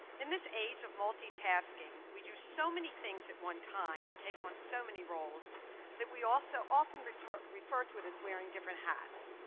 in this age of multitasking, we do so many things at one time and take on so many roles that we also often refer to it as wearing different hats.